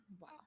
wow